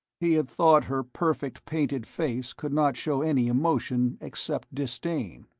he had thought her perfect-painted face could not show any emotion except disdain,